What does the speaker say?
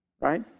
right